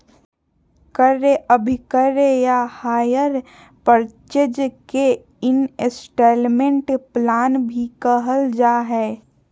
क्रय अभिक्रय या हायर परचेज के इन्स्टालमेन्ट प्लान भी कहल जा हय